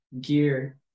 gear